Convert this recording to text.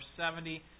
70